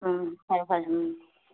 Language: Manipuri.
ꯎꯝ ꯐꯥꯔꯦ ꯐꯥꯔꯦ ꯎꯝ